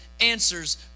answers